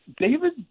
David